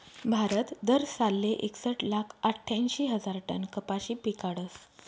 भारत दरसालले एकसट लाख आठ्यांशी हजार टन कपाशी पिकाडस